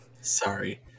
Sorry